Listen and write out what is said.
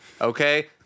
Okay